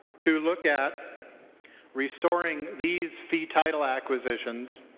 to look at restoring these fee title acquisitions